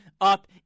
up